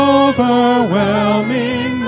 overwhelming